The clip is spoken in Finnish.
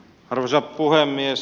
arvoisa puhemies